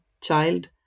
child